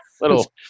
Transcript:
little